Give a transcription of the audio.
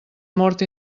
mort